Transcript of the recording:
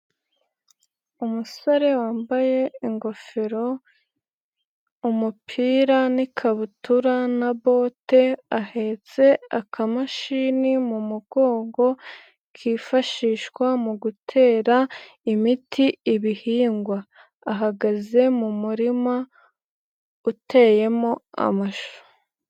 Umusore wambaye ingofero, umupira n'ikabutura na bote, ahetse akamashini mu mugongo kifashishwa mu gutera imiti ibihingwa, ahagaze mu murima uteyemo amashu.